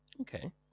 Okay